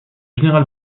général